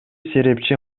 серепчи